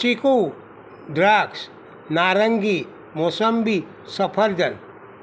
ચીકુ દ્રાક્ષ નારંગી મોસંબી સફરજન